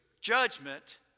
judgment